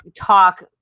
talk